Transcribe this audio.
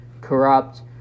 corrupt